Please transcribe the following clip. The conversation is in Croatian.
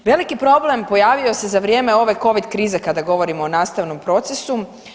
Veliki problem pojavio se za vrijeme ove Covid krize kada govorimo o nastavnom procesu.